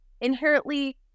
inherently